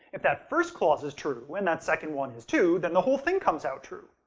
if that first clause is true, and that second one is, too, then the whole thing comes out true!